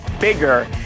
bigger